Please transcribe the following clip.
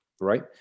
Right